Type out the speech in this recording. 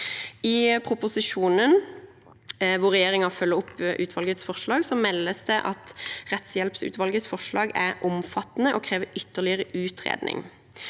I proposisjonen hvor regjeringen følger opp utvalgets forslag, meldes det at rettshjelpsutvalgets forslag er omfattende og krever ytterligere utredning.